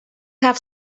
have